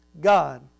God